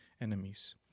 enemies